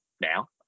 now